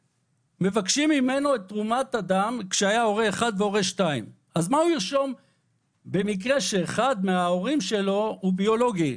מבקשים ממנו את תרומת הדם כשהיה "הורה 1" ו"הורה 2". אז מה הוא ירשום במקרה שאחד מההורים שלו הוא ביולוגי.